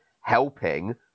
helping